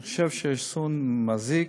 אני חושב שעישון מזיק.